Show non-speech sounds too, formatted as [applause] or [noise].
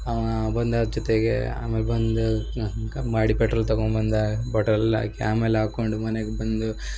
ಅವ ಬಂದ ಜೊತೆಗೆ ಆಮೇಲೆ ಬಂದು [unintelligible] ಮಾಡಿ ಪೆಟ್ರೋಲ್ ತಕೊಂಡ್ಬಂದ ಪೆಟ್ರೋಲ್ ಎಲ್ಲ ಹಾಕಿ ಆಮೇಲೆ ಹಾಕೊಂಡ್ ಮನೆಗೆ ಬಂದು